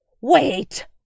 Wait